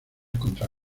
contra